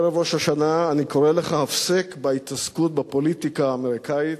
בערב ראש השנה אני קורא לך: הפסק את ההתעסקות בפוליטיקה האמריקנית.